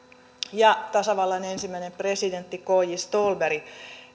ja tasavallan ensimmäinen presidentti k j ståhlberg